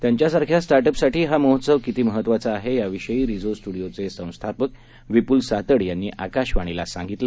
त्यांच्यासारख्या स्टार्ट्सअसाठी हा महोत्सव किती महत्वाचा आहे याविषयी रिझो स्टुडिओचे संस्थापक विपुल सातड यांनी आकाशवाणीला सांगितलं